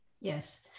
Yes